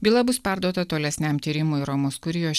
byla bus perduota tolesniam tyrimui romos kurijos